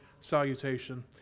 salutation